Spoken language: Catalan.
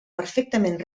perfectament